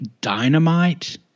dynamite